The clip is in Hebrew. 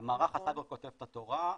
מערך הסייבר כותב את התורה.